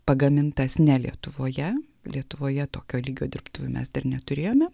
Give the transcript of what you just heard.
pagamintas ne lietuvoje lietuvoje tokio lygio dirbtuvių mes dar neturėjome